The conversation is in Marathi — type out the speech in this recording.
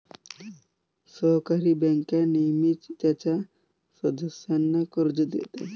सहकारी बँका नेहमीच त्यांच्या सदस्यांना कर्ज देतात